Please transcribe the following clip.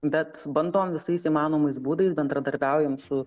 bet bandom visais įmanomais būdais bendradarbiaujam su